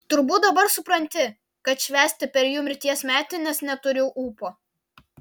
turbūt dabar supranti kad švęsti per jų mirties metines neturiu ūpo